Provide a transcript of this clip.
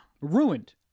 Ruined